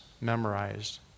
memorized